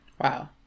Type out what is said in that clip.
Wow